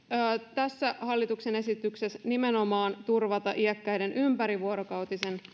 tässä hallituksen esityksessä nimenomaan turvata iäkkäiden ympärivuorokautisen